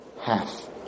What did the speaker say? Half